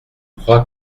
crois